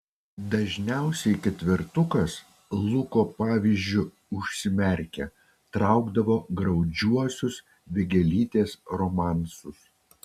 dažniausiai ketvertukas luko pavyzdžiu užsimerkę traukdavo graudžiuosius vėgėlytės romansus